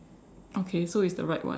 okay so it's the right one